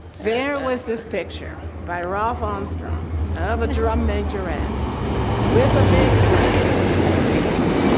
there was this picture by ralph armstrong of a drum majorette with a big flag, she had her pants on,